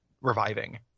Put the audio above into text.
reviving